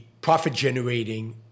profit-generating